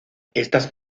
estas